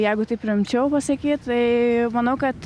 jeigu taip rimčiau pasakyt tai manau kad